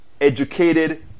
educated